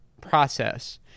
process